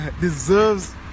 deserves